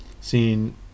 seen